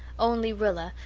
only rilla,